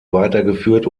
weitergeführt